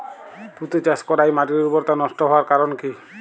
তুতে চাষ করাই মাটির উর্বরতা নষ্ট হওয়ার কারণ কি?